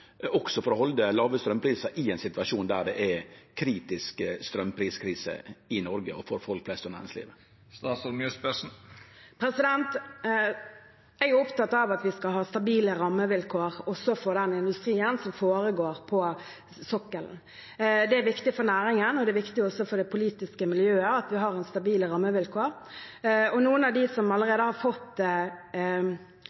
også for å halde låge straumprisar, i ein situasjon der det er kritisk straumpriskrise i Noreg, for folk flest og for næringslivet? Jeg er opptatt av at vi skal ha stabile rammevilkår også for den industrien som foregår på sokkelen. Det er viktig for næringen, og det er også viktig for det politiske miljøet at vi har stabile rammevilkår. Noen av dem som